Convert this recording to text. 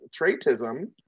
traitism